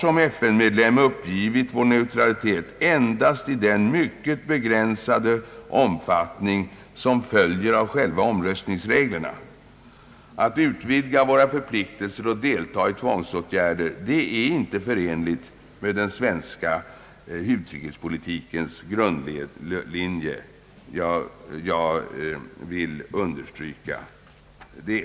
Som FN-medlem har vi uppgivit vår neutralitet endast i den mycket begränsade omfattning som följer av själva omröstningsreglerna. Att utvidga våra förpliktelser och delta i andra tvångsåtgärder är inte förenligt med den svenska utrikespolitikens grundlinje, det vill jag understryka.